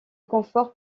confort